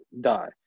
die